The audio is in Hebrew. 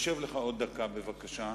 תשב עוד דקה בבקשה.